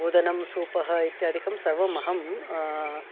ओदनं सूपः इत्यादिकं सर्वम् अहं